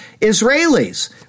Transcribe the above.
Israelis